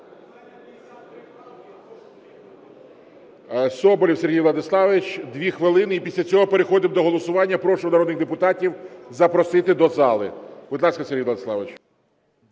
Соболєв Сергій Владиславович, 2 хвилини і після цього переходимо до голосування. Прошу народних депутатів запросити до зали. Будь ласка, Сергій Владиславович.